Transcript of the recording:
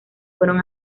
fueron